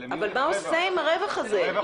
אבל מה הוא עושה עם הרווח הזה?